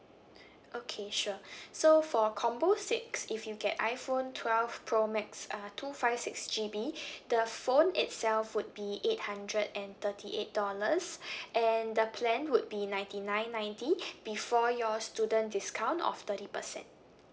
okay sure so for combo six if you get iphone twelve pro max uh two five six G_B the phone itself would be eight hundred and thirty eight dollars and the plan would be ninety nine ninety before your student discount of thirty percent